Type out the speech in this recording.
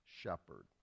shepherd